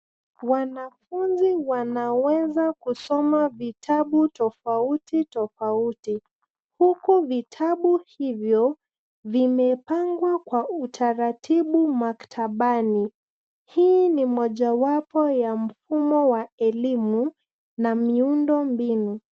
Wanafunzi wanaweza kusoma vitabu tofautitofauti huku viatbu hivyo vimepangwa kwa utaratibu maktabani. Hiii ni mmpjawapo ya mfumo wa elimu na miundombinu.